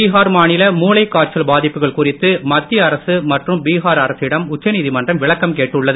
பீஹார் மாநில மூளைக் காய்ச்சல் பாதிப்புகள் குறித்து மத்திய அரசு மற்றும் பீஹார் அரசிடம் உச்சநீதிமன்றம் விளக்கம் கேட்டுள்ளது